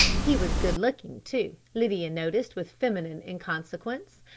he was good-looking too, lydia noticed with feminine inconsequence,